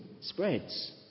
spreads